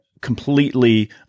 completely